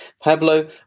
Pablo